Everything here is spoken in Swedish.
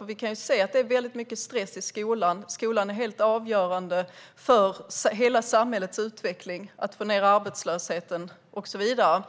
Vi kan se att det är mycket stress i skolan. Skolan är helt avgörande för hela samhällets utveckling, för att få ned arbetslösheten och så vidare.